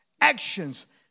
actions